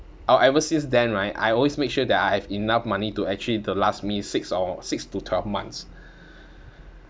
or ever since then right I always make sure that I have enough money to actually to last me six or six to twelve months